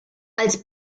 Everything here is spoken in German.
als